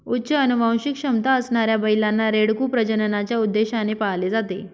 उच्च अनुवांशिक क्षमता असणाऱ्या बैलांना, रेडकू प्रजननाच्या उद्देशाने पाळले जाते